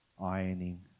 ironing